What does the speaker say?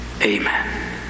Amen